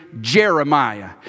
Jeremiah